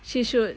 she should